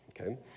Okay